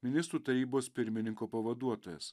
ministrų tarybos pirmininko pavaduotojas